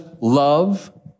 love